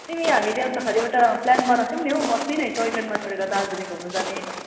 तिमी हामीले अन्तखेरि एउटा प्लान बनाएको थियौँ नि हौ अस्ति नै टोयट्रेनमा चढेर दार्जिलिङ घुम्नु जाने भनेर